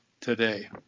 today